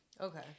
Okay